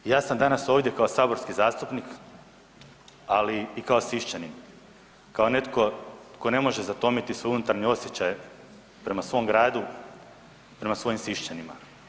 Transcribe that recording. I ja sam danas ovdje kao saborski zastupnika, ali i siščanin, kao netko tko ne može zatomiti svoj unutarnji osjećaj prema svom gradu, prema svojim siščanima.